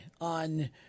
on